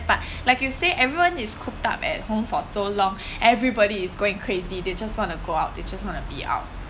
but like you say everyone is cooped up at home for so long everybody is going crazy they just wanna go out they just wanna be out